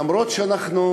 למרות שאנחנו